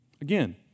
Again